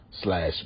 slash